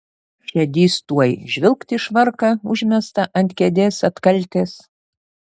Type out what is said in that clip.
šedys tuoj žvilgt į švarką užmestą ant kėdės atkaltės